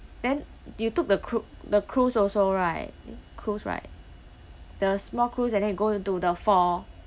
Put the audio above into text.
then you took the cru~ the cruise also right eh cruise right the small cruise and then it go into the fall